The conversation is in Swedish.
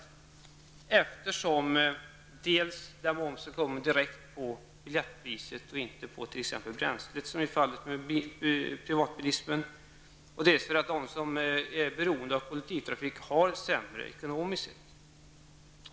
Det beror dels på att momsen läggs på biljettpriset och inte på bränslet, som är fallet med privatbilismen, dels på att de som är beroende av kollektivtrafik har det sämre ekonomiskt sett.